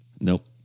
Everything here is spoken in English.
Nope